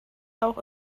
auch